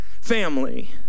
family